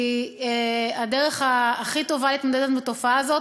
כי הדרך הכי טובה להתמודד עם התופעה הזאת